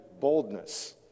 boldness